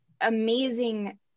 amazing